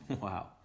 Wow